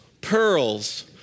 pearls